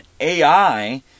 AI